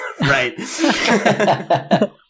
Right